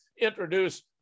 introduce